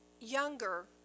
younger